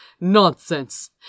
Nonsense